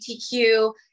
LGBTQ